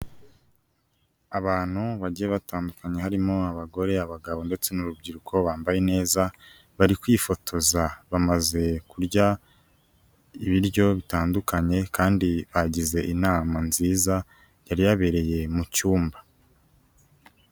Abantu bagiye batandukanye harimo abagore, abagabo ndetse n'urubyiruko bambaye neza, bari kwifotoza, bamaze kurya ibiryo bitandukanye kandi bagize inama nziza yari yabereye mu cyumba.